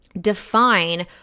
define